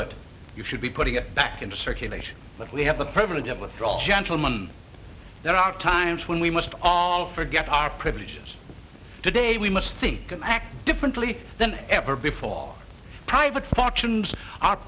it you should be putting it back into circulation but we have the privilege of withdrawal gentlemen there are times when we must all forget our privileges today we must think and act differently than ever before all private fortunes are